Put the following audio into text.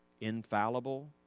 infallible